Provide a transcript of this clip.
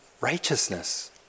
righteousness